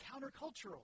countercultural